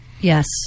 Yes